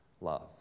love